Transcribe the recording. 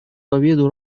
победу